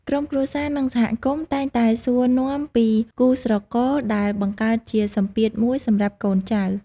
ក្រុមគ្រួសារ និងសហគមន៍តែងតែសួរនាំពីគូស្រករ ដែលបង្កើតជាសម្ពាធមួយសម្រាប់កូនចៅ។